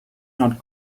not